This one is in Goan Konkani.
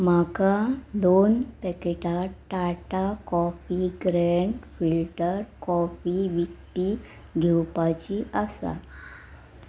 म्हाका दोन पॅकेटां Tata coffee grand filter coffee विकती घेवपाची आसा